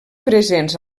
presents